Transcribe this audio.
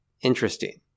interesting-